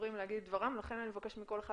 דוברים לומר את דברם לכן אני מבקשת מכל אחד